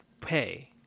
pay